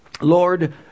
Lord